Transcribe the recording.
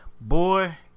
Boy